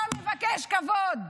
אתה מבקש כבוד,